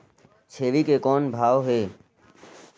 छेरी के कौन भाव हे?